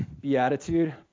beatitude